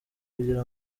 kugira